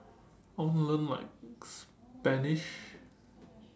I want to learn like Spanish